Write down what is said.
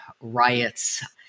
riots